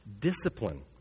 discipline